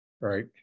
right